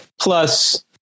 plus